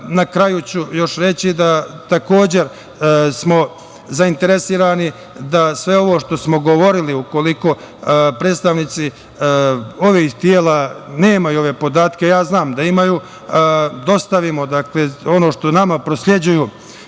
na kraju ću još reći da takođe smo zainteresovani da sve ovo što smo govorili, ukoliko predstavnici ovih tela nemaju ove podatke, ja znam da imaju, dostavimo, dakle, ono što nama prosleđuju